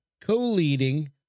co-leading